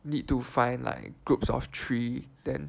need to find like groups of three then